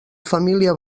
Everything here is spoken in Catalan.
família